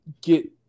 get